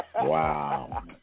Wow